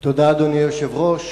אדוני היושב-ראש,